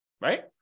right